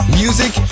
music